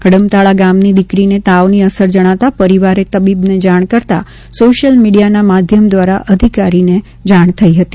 હડમતાળા ગામની દીકરીને તાવની અસર જણાતાં પરિવારે તબીબને જાણ કરતાં સોશ્યલ મીડિયાના માધ્યમ દ્વારા સરકારી અધિકારીને જાણ થઈ હતી